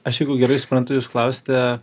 aš jeigu gerai suprantu jus klausiate